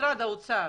משרד האוצר